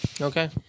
Okay